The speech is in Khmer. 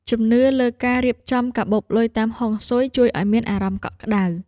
ជំនឿលើការរៀបចំកាបូបលុយតាមហុងស៊ុយ ជួយឱ្យមានអារម្មណ៍កក់ក្ដៅ។